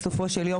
בסופו של יום,